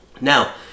now